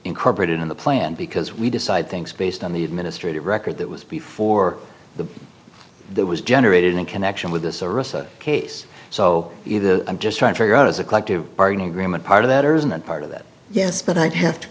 incorporated in the plan because we decide things based on the administrative record that was before the that was generated in connection with this case so either i'm just trying to figure out as a collective bargaining agreement part of that or isn't part of that yes but i'd have to